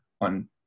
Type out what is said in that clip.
on